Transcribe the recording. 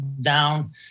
down